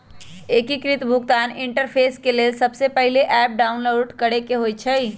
एकीकृत भुगतान इंटरफेस के लेल सबसे पहिले ऐप डाउनलोड करेके होइ छइ